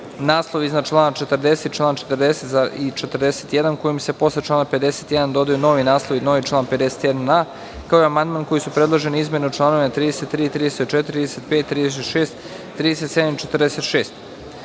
naslov iznad člana 40. i član 40. i 41. kojim se posle člana 51. dodaju novi naslovi i novi član 51a, kao i amandman kojim su predložene izmene u članovima 33, 34, 35, 36, 37.